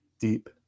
deep